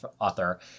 author